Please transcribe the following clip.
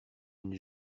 une